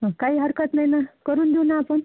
हं काही हरकत नाही ना करून देऊ ना आपण